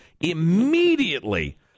immediately